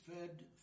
fed